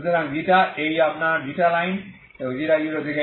সুতরাং ξ এই আপনার ξ লাইন 0 থেকে